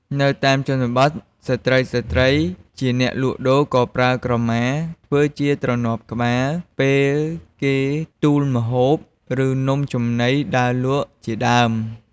នៅតាមជនបទ ស្ត្រីៗជាអ្នកលក់ដូរក៏ប្រើក្រមាធ្វើជាទ្រណាប់ក្បាល ពេលគេទូលម្ហូប ឬ នំចំណីដើរលក់ជាដើម។